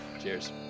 Cheers